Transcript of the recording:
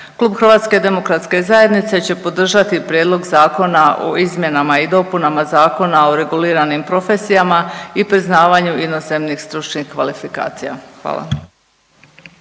Klub HDZ-a će podržati Prijedlog Zakona o izmjenama i dopunama Zakona o reguliranim profesijama i priznavanju inozemnih stručnih kvalifikacija. Hvala.